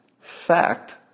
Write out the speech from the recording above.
fact